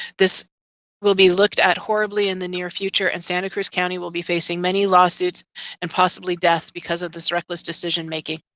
this will be looked at horribly in the near future and santa cruz county will be facing many lawsuits and possibly death because of this reckless decision making.